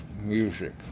music